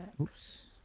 Oops